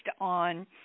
on